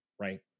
right